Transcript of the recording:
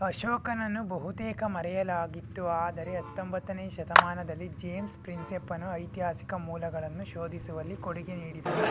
ಅಶೋಕನನ್ನು ಬಹುತೇಕ ಮರೆಯಲಾಗಿತ್ತು ಆದರೆ ಹತ್ತೊಂಬತ್ತನೆ ಶತಮಾನದಲ್ಲಿ ಜೇಮ್ಸ್ ಪ್ರಿನ್ಸೆಪ್ಪನು ಐತಿಹಾಸಿಕ ಮೂಲಗಳನ್ನು ಶೋಧಿಸುವಲ್ಲಿ ಕೊಡುಗೆ ನೀಡಿದನು